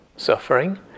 suffering